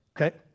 Okay